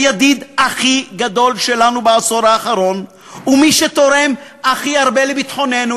הידיד הכי גדול שלנו בעשור האחרון ומי שתורם הכי הרבה לביטחוננו,